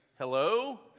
hello